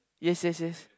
yes yes yes